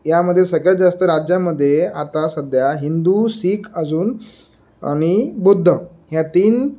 यामध्ये सगळ्यात जास्त राज्यामध्ये आता सध्या हिंदू शीख अजून आणि बुद्ध ह्या तीन